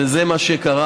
וזה מה שקרה,